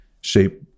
shape